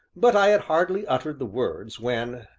but i had hardly uttered the words when,